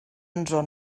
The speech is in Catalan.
habiten